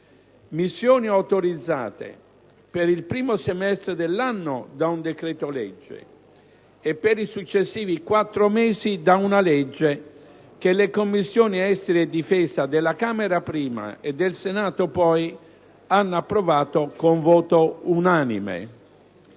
Missioni autorizzate per il primo semestre dell'anno da un decreto-legge e per i successivi quattro mesi da una legge che le Commissioni esteri e difesa, della Camera prima e del Senato poi, hanno approvato con un voto unanime.